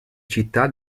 città